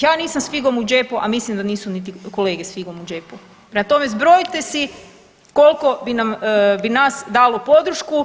Ja nisam s figom u džepu, a mislim da nisu niti kolege s figom u džepu, prema tome zbrojite si koliko bi nas dalo podršku